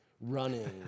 running